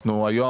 היום,